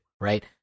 right